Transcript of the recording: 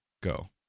Go